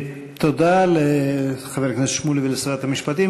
תודה לחבר הכנסת שמולי ולשרת המשפטים.